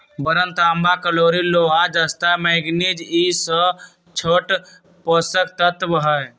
boron तांबा chlorine लोहा जस्ता मैग्निज ई स छोट पोषक तत्त्व हई